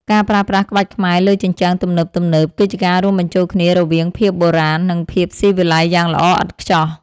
ការប្រើប្រាស់ក្បាច់ខ្មែរលើជញ្ជាំងទំនើបៗ គឺជាការរួមបញ្ចូលគ្នារវាងភាពបុរាណ និងភាពស៊ីវិល័យយ៉ាងល្អឥតខ្ចោះ។